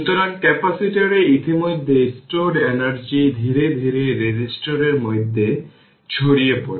সুতরাং ক্যাপাসিটরে ইতিমধ্যে স্টোরড এনার্জি ধীরে ধীরে রেজিস্টর এর মধ্যে ছড়িয়ে পড়ে